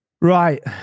right